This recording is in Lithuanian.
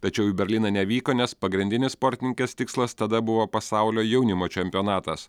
tačiau į berlyną nevyko nes pagrindinis sportininkės tikslas tada buvo pasaulio jaunimo čempionatas